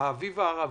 האביב הערבי,